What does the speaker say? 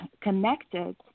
connected